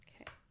Okay